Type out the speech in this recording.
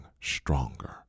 stronger